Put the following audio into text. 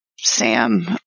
Sam